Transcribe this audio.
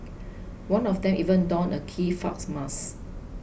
one of them even donned a Guy Fawkes mask